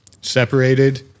separated